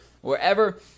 Wherever